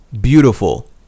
beautiful